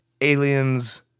Aliens